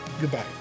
Goodbye